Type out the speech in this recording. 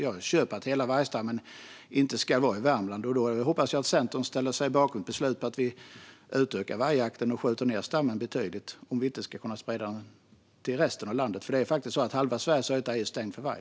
Jag köper att hela vargstammen inte ska vara i Värmland, och då hoppas jag att Centern ställer sig bakom ett beslut om att utöka vargjakten och skjuta ned stammen betydligt, om vi inte kan sprida den till resten av landet. Halva Sveriges yta är faktiskt stängd för varg.